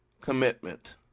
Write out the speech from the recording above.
commitment